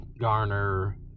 garner